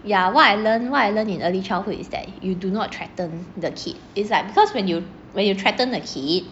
ya what I learn what I learn in early childhood is that you do not threaten the kid is like because when you when you were threaten the kid